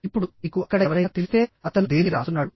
ఇప్పుడు మీకు అక్కడ ఎవరైనా తెలిస్తే అతను దేనికి రాస్తున్నాడు